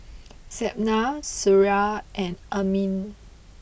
Zaynab Suria and Amrin